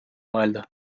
mõelda